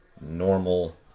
normal